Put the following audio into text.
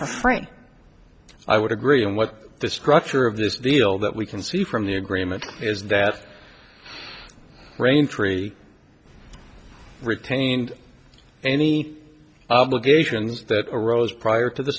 friend i would agree and what the structure of this deal that we can see from the agreement is that raintree retained any obligations that arose prior to the